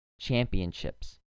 championships